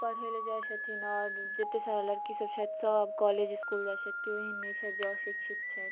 सभ पढ़य लेल जाइत छथिन आओर जेतेक सारा लड़कीसभ छथि सभ कॉलेज स्कूलसभ जाइत छथि केयो एहन नहि छथि जे अशिक्षित छथि